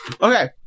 Okay